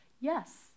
Yes